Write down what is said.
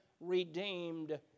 redeemed